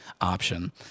option